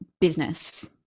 business